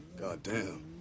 Goddamn